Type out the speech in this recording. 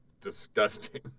disgusting